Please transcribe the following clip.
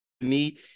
need